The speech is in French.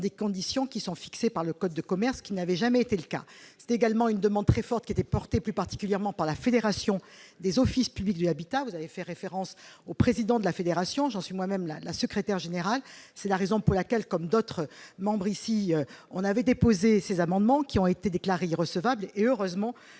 dans des conditions qui sont fixées par le code de commerce qui n'avait jamais été le cas, c'est également une demande très forte qui était portée, plus particulièrement par la Fédération des offices publics de l'habitat, vous avez fait référence au président de la fédération, j'en suis moi-même la la secrétaire générale, c'est la raison pour laquelle, comme d'autres membres ici on avait déposé ces amendements qui ont été déclarés recevables et heureusement